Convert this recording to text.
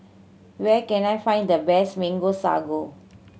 where can I find the best Mango Sago